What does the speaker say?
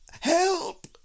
help